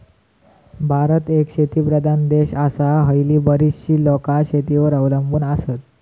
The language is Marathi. भारत एक शेतीप्रधान देश आसा, हयली बरीचशी लोकां शेतीवर अवलंबून आसत